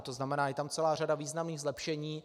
To znamená, je tam celá řada významných zlepšení.